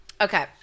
Okay